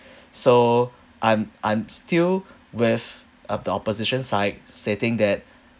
so I'm I'm still with uh the opposition side stating that